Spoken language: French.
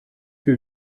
que